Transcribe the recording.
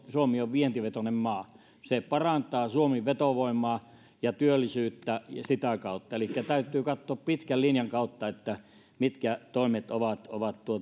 suomi on vientivetoinen maa niin se parantaa suomen vetovoimaa ja työllisyyttä sitä kautta elikkä täytyy katsoa pitkän linjan kautta mitkä toimet ovat ovat